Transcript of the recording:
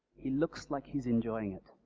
he looks like he's enjoying it.